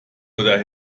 oder